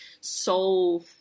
solve